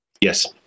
Yes